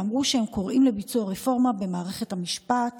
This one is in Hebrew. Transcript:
ואמרו שהם קוראים לביצוע רפורמה במערכת המשפט